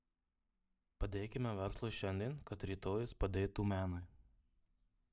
padėkime verslui šiandien kad rytoj jis padėtų menui